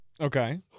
Okay